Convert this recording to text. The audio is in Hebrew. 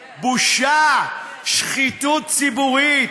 בושה, שחיתות ציבורית.